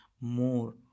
more